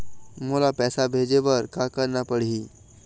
मोला पैसा भेजे बर का करना पड़ही?